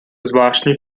zvláštní